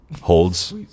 holds